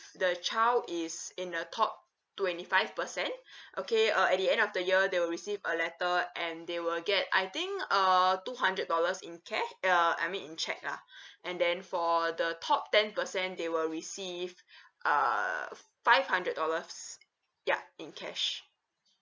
the child is in the top twenty five percent okay uh at the end of the year they will receive a letter and they will get I think uh two hundred dollars in cash uh I mean in check ah and then for the top ten percent they will receive uh five hundred dollars ya in cash